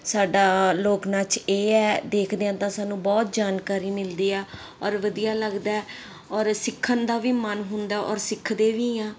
ਸਾਡਾ ਲੋਕ ਨਾਚ ਇਹ ਹੈ ਦੇਖਦੇ ਹਾਂ ਤਾਂ ਸਾਨੂੰ ਬਹੁਤ ਜਾਣਕਾਰੀ ਮਿਲਦੀ ਆ ਔਰ ਵਧੀਆ ਲੱਗਦਾ ਔਰ ਸਿੱਖਣ ਦਾ ਵੀ ਮਨ ਹੁੰਦਾ ਔਰ ਸਿੱਖਦੇ ਵੀ ਹਾਂ